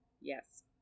yes